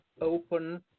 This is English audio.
open